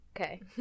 Okay